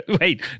Wait